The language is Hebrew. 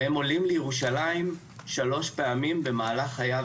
הם עולים לירושלים שלוש פעמים במהלך חייו